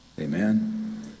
Amen